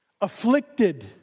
afflicted